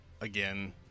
again